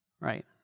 Right